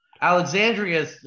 Alexandria